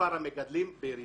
מספר המגדלים בירידה.